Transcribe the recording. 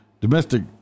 domestic